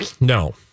No